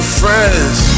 friends